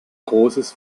großes